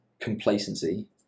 complacency